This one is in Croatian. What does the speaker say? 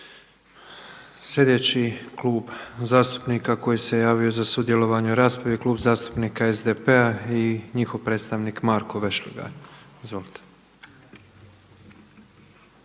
Sljedeći Klub zastupnika koji se javio za sudjelovanje u raspravi je Klub zastupnika SDP-a i njihov predstavnik Marko Vešligaj. Izvolite.